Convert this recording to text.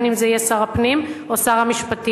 בין אם זה יהיה שר הפנים או שר המשפטים,